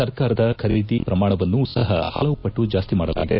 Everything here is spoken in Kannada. ಸರ್ಕಾರದ ಖರೀದಿ ಪ್ರಮಾಣವನ್ನು ಸಹ ಪಲವು ಪಟ್ಟು ಜಾಸ್ತಿ ಮಾಡಲಾಗಿದೆ